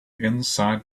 inside